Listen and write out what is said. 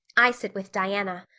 i sit with diana.